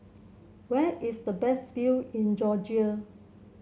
where is the best view in Georgia